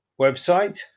website